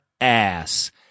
ass